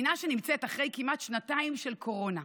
המדינה נמצאת אחרי כמעט שנתיים של קורונה,